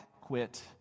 quit